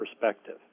perspective